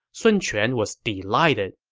sun quan was delighted